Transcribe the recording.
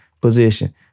position